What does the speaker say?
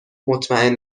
مطمئن